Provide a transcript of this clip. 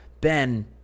Ben